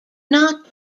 not